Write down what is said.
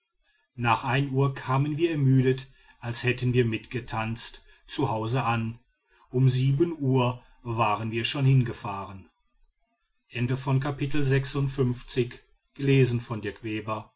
nach ein uhr kamen wir ermüdet als hätten wir mitgetanzt zu hause an um sieben uhr waren wir schon hingefahren